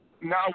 now